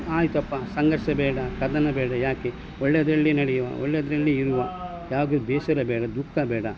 ಆಯಿತಪ್ಪಾ ಸಂಘರ್ಷ ಬೇಡ ಕದನ ಬೇಡ ಯಾಕೆ ಒಳ್ಳೆಯದರಲ್ಲೇ ನಡೆಯುವ ಒಳ್ಳೆಯದರಲ್ಲಿ ಇರುವ ಯಾವುದು ಬೇಸರ ಬೇಡ ದುಃಖ ಬೇಡ